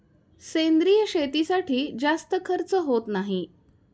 सेंद्रिय शेतीसाठी जास्त खर्च होत नाही